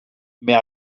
mais